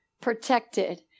Protected